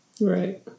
Right